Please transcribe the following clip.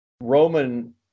Roman